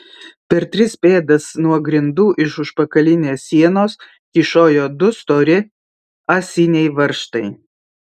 per tris pėdas nuo grindų iš užpakalinės sienos kyšojo du stori ąsiniai varžtai